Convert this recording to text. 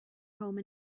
home